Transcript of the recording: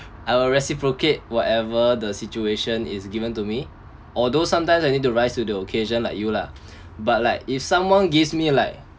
I will reciprocate whatever the situation is given to me although sometimes I need to rise to the occasion like you lah but like if someone gives me like